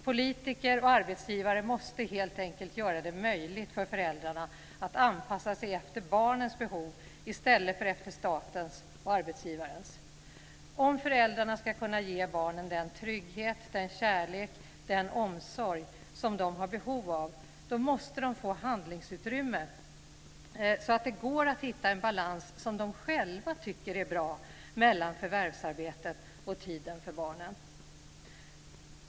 Politiker och arbetsgivare måste helt enkelt göra det möjligt för föräldrarna att anpassa sig efter barnens behov i stället för statens och arbetsgivarens behov. Om föräldrarna ska kunna ge barnen den trygghet, den kärlek, den omsorg de har behov av, måste de få handlingsutrymme så att det går att hitta en balans som de själva tycker är bra mellan förvärvsarbete och tiden för barnen.